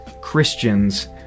Christians